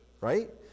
right